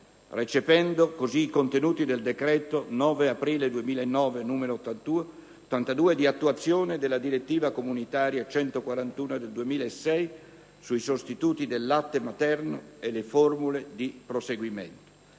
recependo così i contenuti del Decreto 9 aprile 2009, n. 82, di attuazione della Direttiva comunitaria n. 141 del 2006 sui sostituti del latte materno e le formule di proseguimento.